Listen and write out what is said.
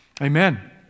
Amen